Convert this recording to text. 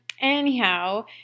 Anyhow